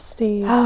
Steve